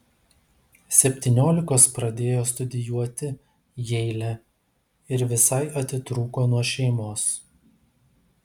septyniolikos pradėjo studijuoti jeile ir visai atitrūko nuo šeimos